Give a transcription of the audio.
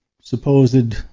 supposed